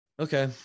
Okay